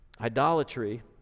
idolatry